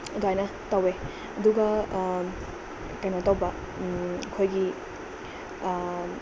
ꯑꯗꯥꯏꯅ ꯇꯧꯏ ꯑꯗꯨꯒ ꯀꯩꯅꯣ ꯇꯧꯕ ꯑꯩꯈꯣꯏꯒꯤ